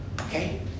Okay